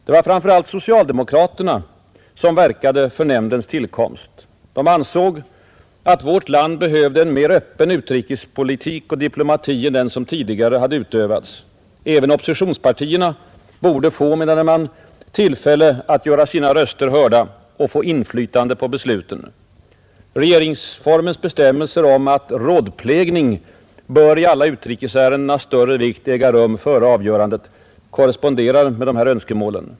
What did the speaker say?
Det var framför allt socialdemokraterna som verkade för nämndens tillkomst. De ansåg att vårt land behövde en mer öppen utrikespolitik och diplomati än den som tidigare hade utövats. Även oppositionspartierna borde få, menade man, tillfälle att göra sina röster hörda och få inflytande på besluten. Regeringsformens bestämmelser om att rådplägning bör i alla utrikesärenden av större vikt äga rum före avgörandet korresponderar med dessa önskemål.